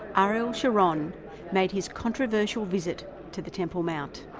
ah ariel sharon made his controversial visit to the temple mount.